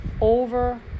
Over